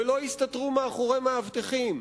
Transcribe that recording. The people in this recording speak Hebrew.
ולא יסתתרו מאחורי מאבטחים.